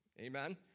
Amen